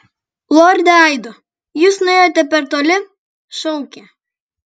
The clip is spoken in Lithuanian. lorde aido jūs nuėjote per toli šaukė